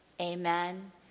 Amen